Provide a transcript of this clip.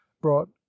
brought